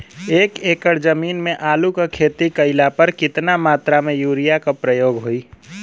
एक एकड़ जमीन में आलू क खेती कइला पर कितना मात्रा में यूरिया क प्रयोग होई?